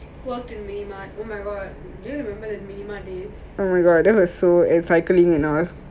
oh my god you remember the minimart days